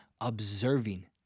observing